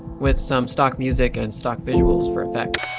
with some stock music and stock visuals for effect.